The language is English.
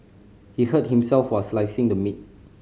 he hurt himself while slicing the meat